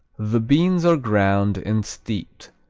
the beans are ground and steeped,